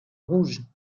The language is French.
rouge